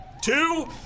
two